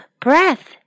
breath